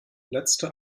letzte